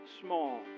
small